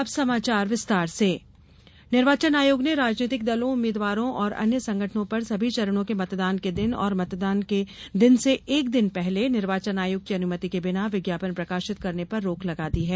अब समाचार विस्तार से विज्ञापन रोक निर्वाचन आयोग ने राजनीतिक दलों उम्मीदवारों और अन्य संगठनों पर सभी चरणों के मतदान के दिन और मतदान के दिन से एक दिन पहले निर्वाचन आयोग की अनुमति के बिना विज्ञापन प्रकाशित करने पर रोक लगा दी है